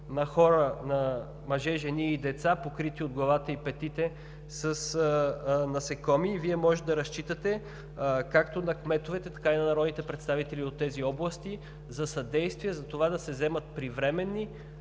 на хора, мъже, жени и деца, покрити от главата до петите с насекоми. Вие можете да разчитате както на кметовете, така и на народните представители от тези области, за съдействие да се вземат привременни,